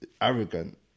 arrogant